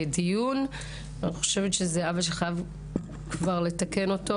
ואני שמחה מאוד לראות אותך,